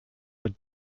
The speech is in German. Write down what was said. mit